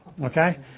Okay